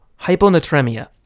hyponatremia